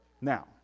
Now